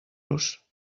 los